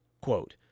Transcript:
Quote